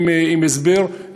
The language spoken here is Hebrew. עם הסבר,